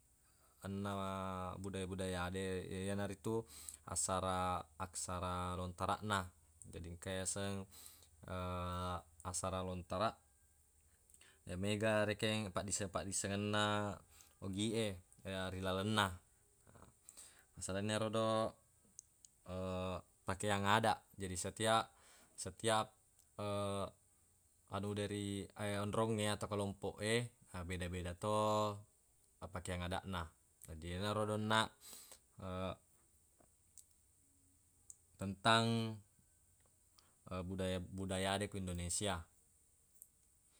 Enna ma budaya-budayade iyanaritu aksara-aksara lontaraqna. Jadi engka yaseng aksara lontaraq ye mega rekeng paddisse-paddissengenna ogie ri lalenna. Selainna erodo pakeang adaq jadi setiap setiap anude ri eh onrongnge atau kelompoq e beda-beda to pakeang adaq na. Jadi yenarodo onnaq tentang budaya-budayade ku indonesia.